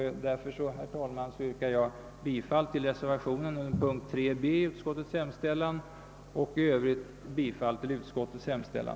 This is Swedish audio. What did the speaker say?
Därför, herr talman, yrkar jag bifall till reservationen 2 under punkten 3 b i utskottets hemställan och i övrigt bifall till utskottets hemställan.